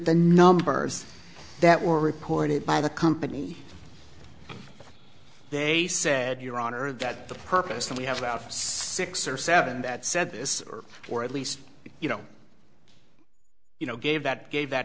the numbers that were reported by the company they said your honor that the purpose that we have about six or seven that said this or at least you know you know gave that gave that